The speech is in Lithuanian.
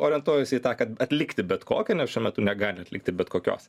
orientuojuosi į tą kad atlikti bet kokią nes šiuo metu negali atlikti bet kokios